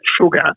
sugar